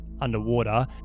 underwater